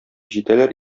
җитәләр